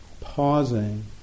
pausing